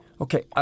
Okay